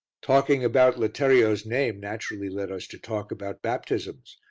talking about letterio's name naturally led us to talk about baptisms,